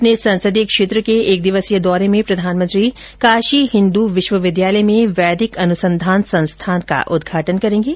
अपने संसदीय क्षेत्र के एक दिवसीय दौरे में प्रधानमंत्री काशी हिन्दू विश्वविद्यालय में वैदिक अनुसंधान संस्थान का उद्घाटन करेंगे